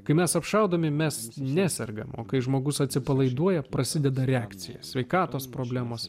kai mes apšaudomi mes nesergame kai žmogus atsipalaiduoja prasideda reakcija sveikatos problemos